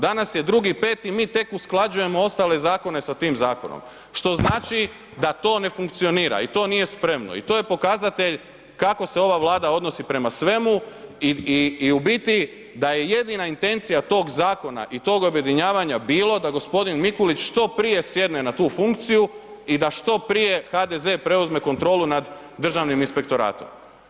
Danas je 2.5. mi tek usklađujemo ostale zakone sa tim zakonom što znači da to ne funkcionira i to nije spremno i to je pokazatelj kako se ova Vlada odnosi prema svemu i u biti da je jedina intencija tog zakona o tog objedinjavanja bilo da gospodin Mikulić što prije sjedne na tu funkciju i da što prije HDZ preuzme kontrolu nad Državnim inspektoratom.